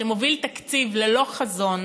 שמוביל תקציב ללא חזון